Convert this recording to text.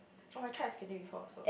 oh I tried ice skating before so